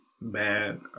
bad